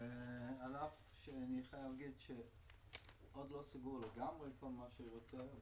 על אף שאני חייב להגיד שעוד לא סיימו לגמרי את כל מה שאני רוצה,